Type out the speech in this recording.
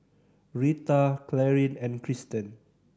Rheta Clarine and Christen